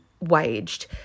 waged